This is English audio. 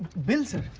bill sir.